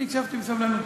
אני הקשבתי בסבלנות.